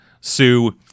Sue